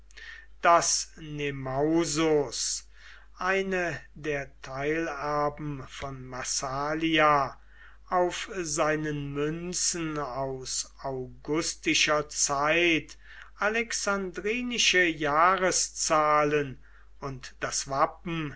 daß nemausus eine der teilerben von massalia auf seinen münzen aus augustischer zeit alexandrinische jahreszahlen und das wappen